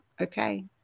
okay